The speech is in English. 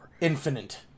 Infinite